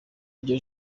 ryo